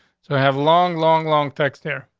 so have long, long, long text here.